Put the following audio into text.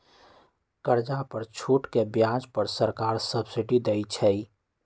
कर्जा पर छूट के ब्याज पर सरकार सब्सिडी देँइ छइ